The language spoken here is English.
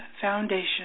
foundation